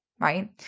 right